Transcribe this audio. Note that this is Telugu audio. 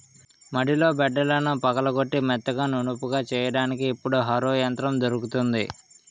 మడిలో బిడ్డలను పగలగొట్టి మెత్తగా నునుపుగా చెయ్యడానికి ఇప్పుడు హరో యంత్రం దొరుకుతుంది